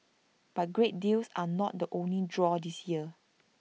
but great deals are not the only draw this year